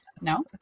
No